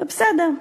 זה בסדר,